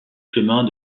chemin